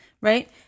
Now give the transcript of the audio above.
right